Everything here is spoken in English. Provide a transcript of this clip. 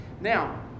Now